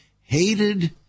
hated